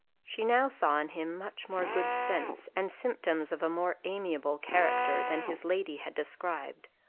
she now saw in him much more good sense, and symptoms of a more amiable character, than his lady had described,